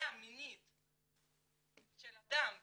נטייה מינית של אדם כפרט,